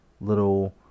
little